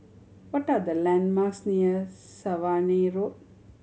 what are the landmarks near Swanage Road